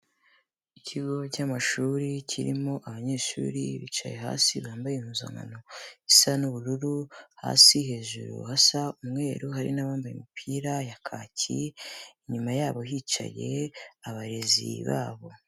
Ikigo cy'amashuri kirimo abanyeshuri bicaye hasi bambaye impuzankano isa n'ubururu hasi, hejuru hasa umweru, hari n'abambaye imipira ya kaki, inyuma yabo hicaye abarezi babo.